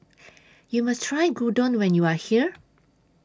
YOU must Try Gyudon when YOU Are here